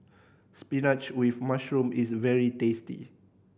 spinach with mushroom is very tasty